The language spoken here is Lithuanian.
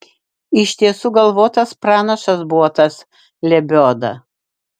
iš tiesų galvotas pranašas buvo tas lebioda